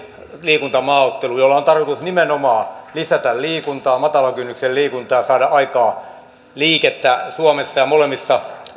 liikuntamaaotteluun jolla on tarkoitus nimenomaan lisätä liikuntaa matalan kynnyksen liikuntaa ja saada aikaan liikettä suomessa ja molemmissa